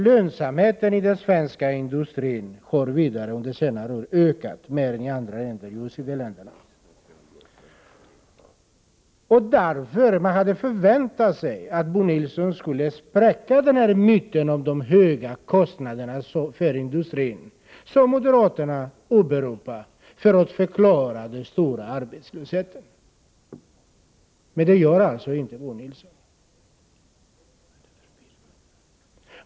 Lönsamheten i den svenska industrin har vidare under senare år ökat mer än i andra länder inom OECD. Jag hade därför förväntat mig att Bo Nilsson skulle spräcka myten om de höga kostnaderna för industrin, som moderaterna åberopar som förklaring till den stora arbetslösheten. Men det gör inte Bo Nilsson.